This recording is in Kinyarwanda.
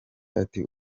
ati